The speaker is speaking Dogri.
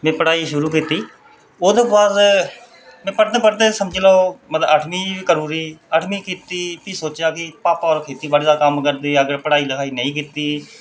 में पढ़ाई शुरू कीती ओह्दे बाद में पढ़दे पढ़दे समझी लैओ मतलव अठमीं करी ओड़ी अठमीं कीती भी सोचेआ कि भापा होर खेती बाड़ी दा कम्म करदे अगर पढ़ाई लखाई नेईं कीती